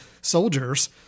soldiers